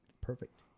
Perfect